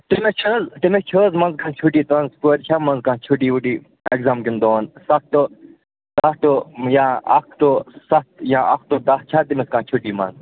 تٔمِس چھَ حظ تٔمِس چھَ حظ منٛز چھُٹی کانٛہہ کورِ چھا منٛز کانٛہہ چھُٹی وُٹھی ایٚکزام کیٚن دۅن سَتھ دۅہ سَتھ دۅہ یا اَکھ دۅہ سَتھ یا اَکھ دۅہ تَتھ چھا تٔمِس کانٛہہ چھُٹی منٛز